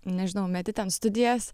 nežinau meti ten studijas